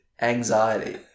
anxiety